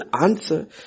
answer